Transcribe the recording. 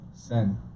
Sin